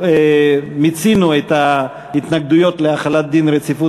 מיצינו את ההתנגדויות להחלת דין רציפות